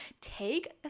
take